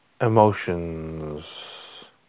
Emotions